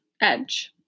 Edge